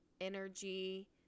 energy